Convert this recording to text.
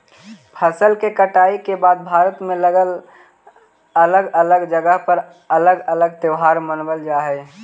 फसल के कटाई के बाद भारत में अलग अलग जगह पर अलग अलग त्योहार मानबल जा हई